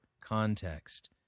context